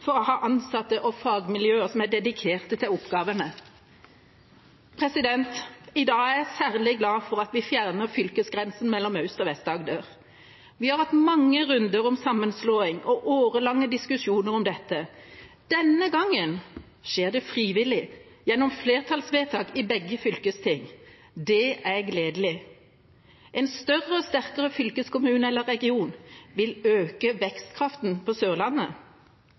for å ha ansatte og fagmiljøer som er dedikert til oppgavene. I dag er jeg særlig glad for at vi fjerner fylkesgrensen mellom Aust- og Vest-Agder. Vi har hatt mange runder om sammenslåing og årelange diskusjoner om dette. Denne gangen skjer det frivillig gjennom flertallsvedtak i begge fylkesting. Det er gledelig. En større og sterkere fylkeskommune eller region vil øke vekstkraften på Sørlandet.